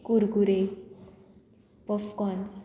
Kurkure puffcorns